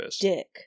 Dick